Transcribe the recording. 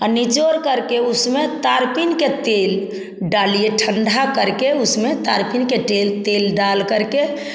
और निचोड़ करके उसमें तारपीन के तेल डालिए ठंडा करके उसमें तारपीन का तेल तेल डाल करके